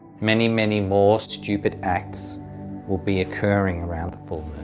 many, many more stupid acts will be occurring around the full